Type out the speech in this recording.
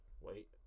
Wait